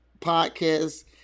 podcast